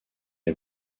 est